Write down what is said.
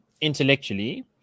intellectually